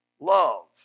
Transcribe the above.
Love